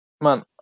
Man